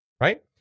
right